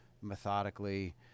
methodically